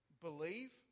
Believe